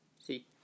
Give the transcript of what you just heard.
See